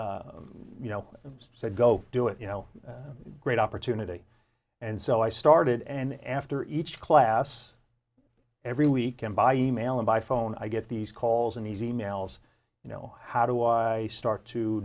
you know said go do it you know great opportunity and so i started an after each class every weekend by e mail and by phone i get these calls in these emails you know how do i start to